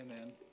Amen